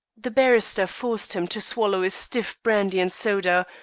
the barrister forced him to swallow a stiff brandy and soda,